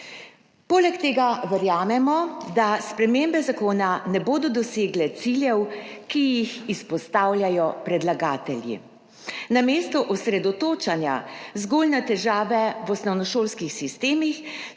Poleg tega verjamemo, da spremembe zakona ne bodo dosegle ciljev, ki jih izpostavljajo predlagatelji. Namesto osredotočanja zgolj na težave v osnovnošolskih sistemih